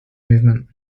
movement